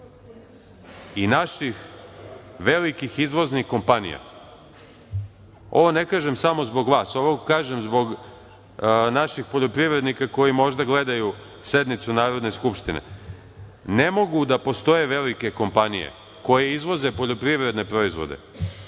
i naših velikih izvoznih kompanija. Ovo ne kažem samo zbog vas, ovo kažem zbog naših poljoprivrednika koji možda gledaju sednicu Narodne skupštine. Ne mogu da postoje velike kompanije koje izvoze poljoprivredne proizvode,